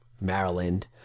Maryland